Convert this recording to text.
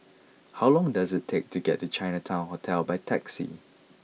how long does it take to get to Chinatown Hotel by taxi